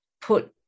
put